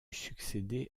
succéder